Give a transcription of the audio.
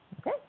Okay